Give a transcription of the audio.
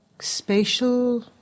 Spatial